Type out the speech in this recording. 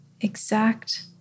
exact